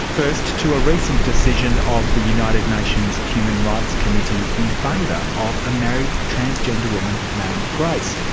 first to a recent decision of the united nations human rights committee in favour of a married, transgender woman named grace.